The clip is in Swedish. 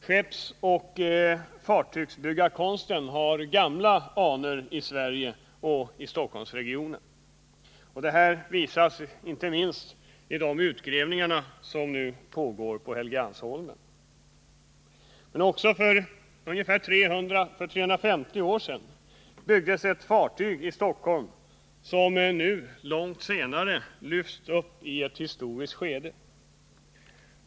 Skeppsoch fartygsbyggarkonsten har gamla anor i Sverige och i Stockholmsregionen. Detta visas inte minst vid de utgrävningar som nu pågår på Helgeandsholmen. För 300 å 350 år sedan byggdes ett fartyg i Stockholm, som nu långt senare lyfts upp i ett historiskt skede.